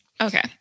Okay